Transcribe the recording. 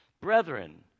Brethren